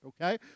okay